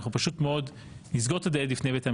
אנחנו פשוט מאוד נסגור את הדלת בפני בית המשפט,